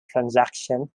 transaction